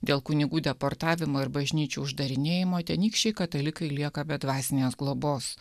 dėl kunigų deportavimo ir bažnyčių uždarinėjimo tenykščiai katalikai lieka be dvasinės globos